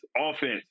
offense